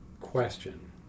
question